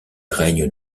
règne